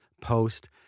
post